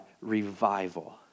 revival